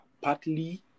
partly